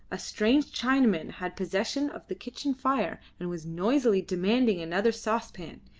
a strange chinaman had possession of the kitchen fire and was noisily demanding another saucepan.